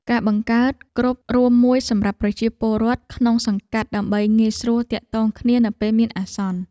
ការបង្កើតគ្រុបរួមមួយសម្រាប់ប្រជាពលរដ្ឋក្នុងសង្កាត់ដើម្បីងាយស្រួលទាក់ទងគ្នានៅពេលមានអាសន្ន។